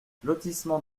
lotissement